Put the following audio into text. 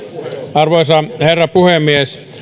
arvoisa herra puhemies